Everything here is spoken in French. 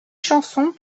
chansons